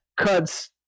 cuts